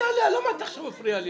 עכשיו מפריע לי?